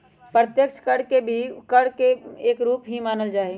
अप्रत्यक्ष कर के भी कर के एक रूप ही मानल जाहई